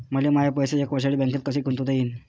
मले माये पैसे एक वर्षासाठी बँकेत कसे गुंतवता येईन?